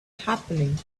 happening